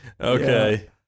Okay